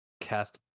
cast